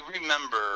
remember